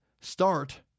start